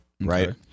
right